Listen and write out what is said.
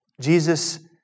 Jesus